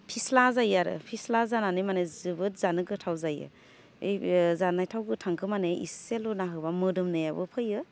फिस्ला जायो आरो फिस्ला जानानै माने जोबोद जानो गोथाव जायो जानाय थाव गोथांखौ माने इसे लुना होबा मोदोमनायाबो फैयो